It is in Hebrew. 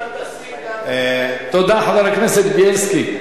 תודה, חבר הכנסת בילסקי.